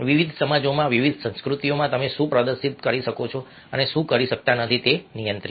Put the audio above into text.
વિવિધ સમાજોમાં વિવિધ સંસ્કૃતિઓમાં તમે શું પ્રદર્શિત કરી શકો છો અને શું કરી શકતા નથી તે નિયંત્રિત છે